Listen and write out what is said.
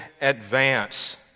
advance